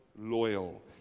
loyal